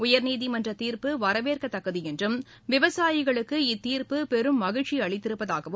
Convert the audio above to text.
உயர்நீதிமன்ற தீர்ப்பு வரவேற்கத்தக்கது என்றும் விவசாயிகளுக்கு இத்தீர்ப்பு பெரும் மகிழ்ச்சி அளித்திருப்பதாகவும்